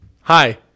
Hi